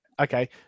Okay